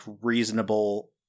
reasonable